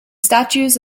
statues